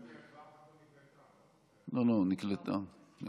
לא, נקלטה.